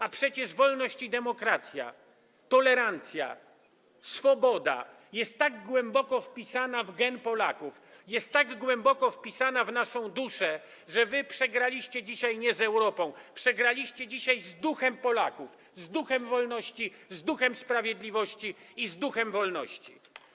A przecież wolność i demokracja, tolerancja, swoboda są tak głęboko wpisane w gen Polaków, są tak głęboko wpisane w naszą duszę, że wy przegraliście dzisiaj nie z Europą, przegraliście dzisiaj z duchem Polaków, z duchem wolności, z duchem sprawiedliwości i z duchem wolności.